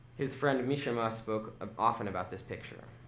his friend mishima spoke um often about this picture.